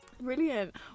Brilliant